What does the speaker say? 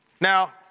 Now